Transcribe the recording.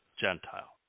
Gentile